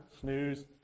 Snooze